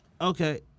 Okay